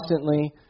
constantly